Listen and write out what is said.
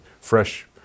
fresh